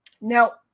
Now